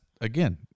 again